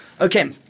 Okay